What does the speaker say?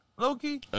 Loki